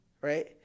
right